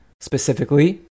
specifically